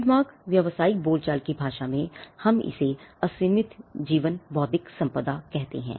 trademark व्यवसायिक बोल चाल की भाषा में हम इसे असीमित जीवन बौद्धिक संपदा कहते हैं